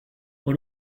por